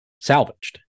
salvaged